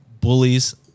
bullies